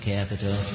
Capital